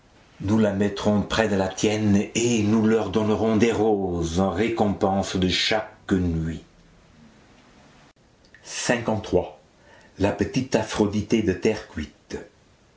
nous la mettrons près de la tienne et nous leur donnerons des roses en récompense de chaque nuit la petite aphroditê de terre cuite